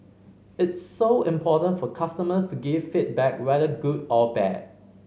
it's so important for customers to give feedback whether good or bad